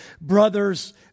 brothers